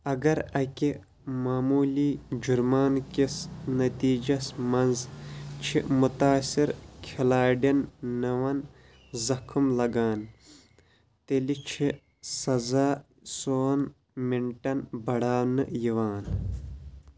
اگر اَکہِ معموٗلی جُرمانہٕ کِس نٔتیٖجَس منٛز چھِ مُتٲثِر کھِلٲڑٮ۪ن نوَن زخم لَگان تیٚلہِ چھِ سزا سون مِنٹَن بڈاونہٕ یِوان